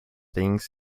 things